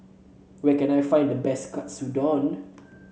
where can I find the best Katsudon